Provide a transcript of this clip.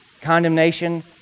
condemnation